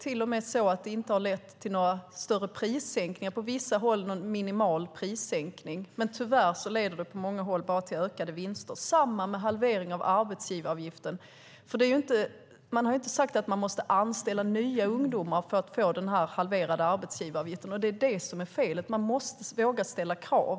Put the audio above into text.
Det har inte lett till några större prissänkningar. På vissa håll är det en minimal prissänkning, men på många håll leder det bara till ökade vinster. Det är samma sak med halveringen av arbetsgivaravgiften. Man har inte sagt att företagen måste anställa nya ungdomar för att få den halverade arbetsgivaravgiften. Det är det som är felet. Man måste våga ställa krav.